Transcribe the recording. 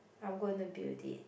I'm gonna build it